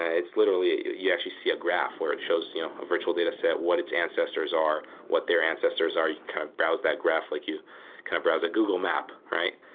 yeah literally, you you actually see a graph where it shows you know a virtual dataset, what its ancestors are, what their ancestors are. you can kind of browse that graph like you kind of browse a google map, right?